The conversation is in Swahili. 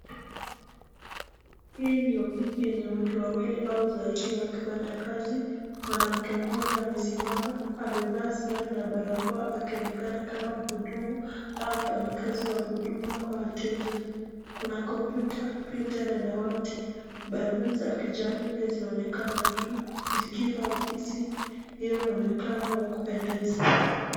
Hii ni ofisi yenye watu wawili au zaidi wakiwa wafanyikazi, mwanamke mmoja amesimama , amevaa sare na barakoa akionekana kama mhudumu au mfanyikazi wa huduma kwa wateja. Kuna kompyuta , printer na dawati, baluni za kijani pia zinaonekana juu zikipa ofisi huo muonekano wa kupendeza.